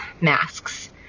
masks